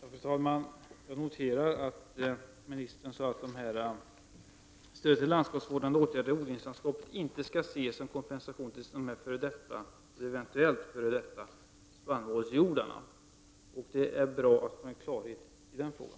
Fru talman! Jag noterar att ministern sade att stöd till landskapsvårdande åtgärder i odlingslandskapet inte skall ses som kompensation när det gäller spannmålsjordarna. Det var bra att vi fick klarhet i den frågan.